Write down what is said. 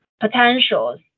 potentials